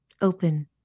open